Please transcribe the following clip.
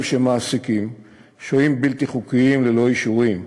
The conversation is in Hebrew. שמעסיקים שוהים בלתי חוקיים ללא אישורים.